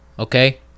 Okay